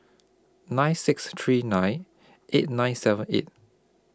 nine six three nine eight nine seven eight